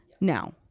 now